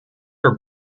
are